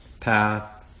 path